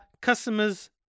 customers